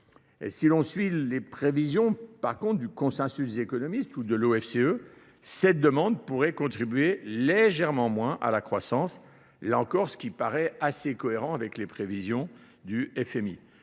Si l'on suit les prévisions par contre du consensus économiste ou de l'OFCE, cette demande pourrait contribuer légèrement moins à la croissance, là encore ce qui paraît assez cohérent avec les prévisions du FMI.